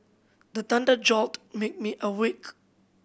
the thunder jolt make me awake